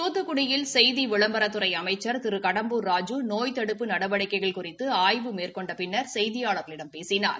தூத்துக்குடியில் செய்தி விளம்பரத்துறை அமைச்சள் திரு கடம்பூர்ராஜு நோய் தடுப்பு நடவடிக்கைகள் குறித்து ஆய்வு மேற்கொண்ட பின்னர் செய்தியாளர்களிடம் பேசினார்